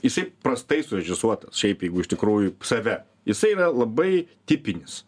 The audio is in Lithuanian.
jisai prastai surežisuotas šiaip jeigu iš tikrųjų save jisai yra labai tipinis